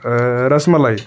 rasmalai